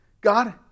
God